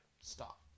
stop